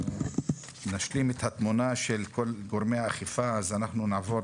ישלים את התמונה של כל גורמי האכיפה נעבור